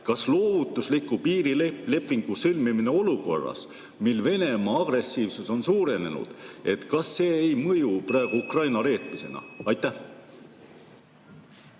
kas loovutusliku piirilepingu sõlmimine olukorras, mil Venemaa agressiivsus on suurenenud, ei mõju praegu Ukraina reetmisena? Aitäh,